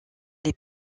des